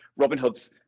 Robinhood's